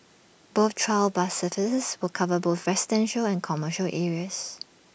both trial bus services will cover both residential and commercial areas